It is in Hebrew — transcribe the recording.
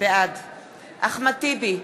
בעד אחמד טיבי,